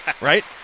right